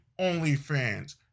OnlyFans